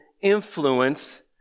influence